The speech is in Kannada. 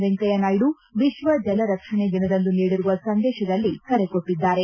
ವೆಂಕಯ್ಯನಾಯ್ದು ವಿಶ್ವ ಜಲರಕ್ಷಣೆ ದಿನದಂದು ನೀಡಿರುವ ಸಂದೇಶದಲ್ಲಿ ಕರೆ ಕೊಟ್ಟಿದ್ದಾರೆ